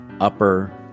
upper